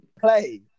Play